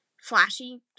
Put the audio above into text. flashy